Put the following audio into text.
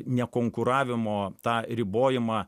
nekonkuravimo tą ribojimą